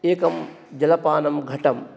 एकं जलपानं घटं